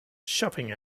shopping